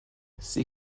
sie